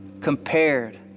compared